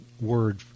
word